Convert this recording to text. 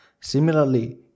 Similarly